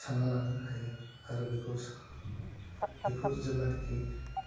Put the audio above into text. सानना लानो हायो आरो बेखौ बेखौ जेब्लानोखि